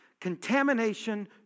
contamination